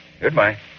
Goodbye